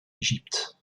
égypte